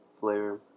flavor